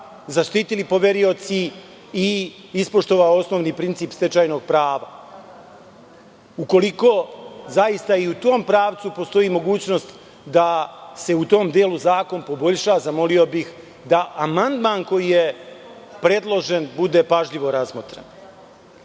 zaštitili poverioci i ispoštovao osnovni princip stečajnog prava. Ukoliko zaista i u tom pravcu postoji mogućnost da se u tom delu zakon poboljša, zamolio bih da amandman koji je predložen bude pažljivo razmotren.